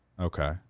Okay